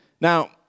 Now